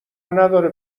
نداره